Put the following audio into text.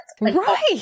Right